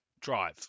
drive